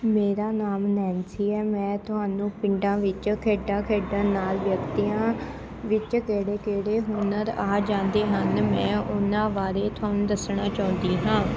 ਮੇਰਾ ਨਾਮ ਨੈਨਸੀ ਹੈ ਮੈਂ ਤੁਹਾਨੂੰ ਪਿੰਡਾਂ ਵਿੱਚੋਂ ਖੇਡਾਂ ਖੇਡਣ ਨਾਲ ਵਿਅਕਤੀਆਂ ਵਿੱਚ ਕਿਹੜੇ ਕਿਹੜੇ ਹੁਨਰ ਆ ਜਾਂਦੇ ਹਨ ਮੈਂ ਉਹਨਾਂ ਬਾਰੇ ਤੁਹਾਨੂੰ ਦੱਸਣਾ ਚਾਹੁੰਦੀ ਹਾਂ